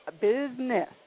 business